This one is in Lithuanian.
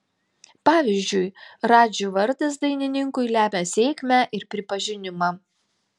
pavyzdžiui radži vardas dainininkui lemia sėkmę ir pripažinimą